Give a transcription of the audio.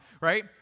right